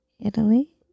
italy